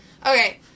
Okay